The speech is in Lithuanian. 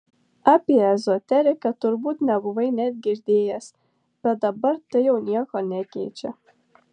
apie ezoteriką turbūt nebuvai net girdėjęs bet dabar tai jau nieko nekeičia